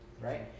right